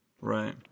Right